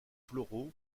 floraux